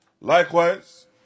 Likewise